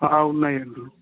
ఉన్నాయండి